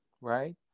right